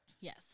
Yes